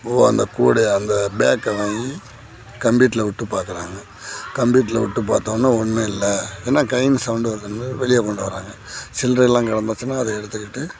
போ அந்த கூடையை அந்த பேக்கை வாங்கி கம்பியூட்டரில் விட்டு பார்க்குறாங்க கம்பியூட்டரில் விட்டு பார்த்த ஒடனே ஒன்றும் இல்லை என்ன கைங் சௌண்டு வருதுன்னு வெளியே கொண்டு வராங்க சில்லரையெல்லாம் கிடந்துச்சுன்னா அதை எடுத்துக்கிட்டு